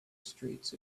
streets